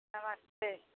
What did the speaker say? नमस्ते